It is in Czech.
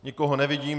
Nikoho nevidím.